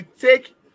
take